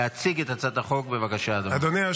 בבקשה, אדוני.